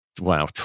wow